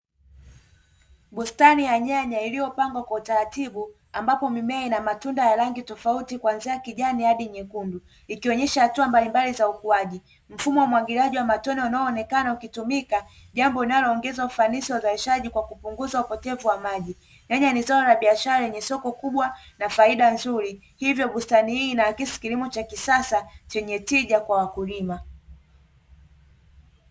Bustani ya nyanya iliyopangwa kwa utaratibu ambapo mimea ina matunda ya rangi tofauti kuanzia kijani hadi nyekundu ikionyesha hatua mbalimbali za ukuaji. Mfumo wa umwagiliaji wa matone wanaoonekana ukitumika jambo linaloongeza ufanisi wa uzalishaji kwa kupunguza upotevu wa maji. Nyanya ni zao la biashara yenye soko kubwa na faida nzuri, hivyo bustani hii inaakisi kilimo cha kisasa henye tija kwa wakulima.